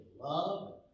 love